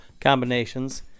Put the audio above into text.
combinations